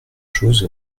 chose